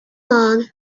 long